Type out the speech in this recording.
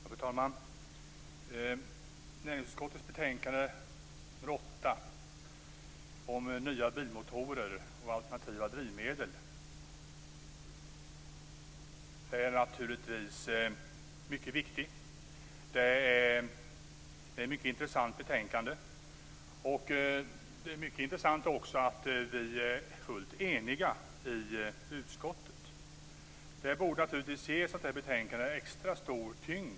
Fru talman! Näringsutskottets betänkande nr 8 om nya bilmotorer och alternativa drivmedel är naturligtvis mycket viktigt. Det är ett mycket intressant betänkande. Vidare är det mycket intressant att vi är fullt eniga i utskottet. Det borde ge betänkandet extra stor tyngd.